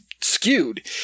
skewed